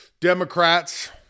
Democrats